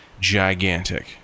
Gigantic